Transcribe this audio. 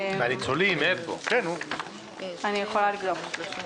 אני יכולה לבדוק.